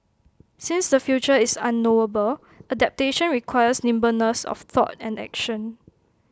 since the future is unknowable adaptation requires nimbleness of thought and action